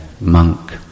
monk